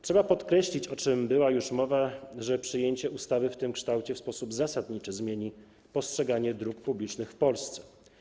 Trzeba podkreślić, o czym była już mowa, że przyjęcie ustawy w tym kształcie w sposób zasadniczy zmieni postrzeganie dróg publicznych w Polsce.